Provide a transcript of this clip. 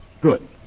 Good